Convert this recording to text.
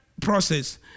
process